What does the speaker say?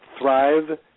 Thrive